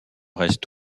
reste